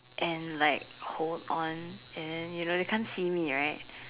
and like hold on and then you know they can't see me right